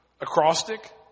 acrostic